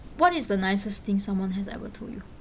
what is the nicest thing someone has ever told you